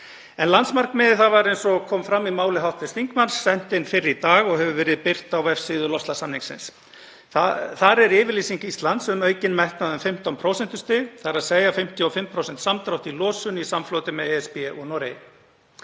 Landsmarkmiðið var, eins og kom fram í máli hv. þingmanns, sent inn fyrr í dag og hefur verið birt á vefsíðu loftslagssamningsins. Þar er yfirlýsing Íslands um aukinn metnað um 15 prósentustig, þ.e. 55% samdrátt í losun í samfloti með ESB og Noregi.